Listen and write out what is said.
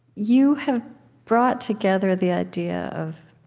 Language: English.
you have brought together the idea of